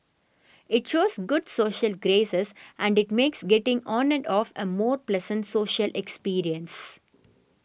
it shows good social graces and it makes getting on and off a more pleasant social experience